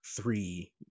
three